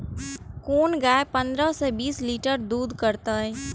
कोन गाय पंद्रह से बीस लीटर दूध करते?